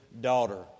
daughter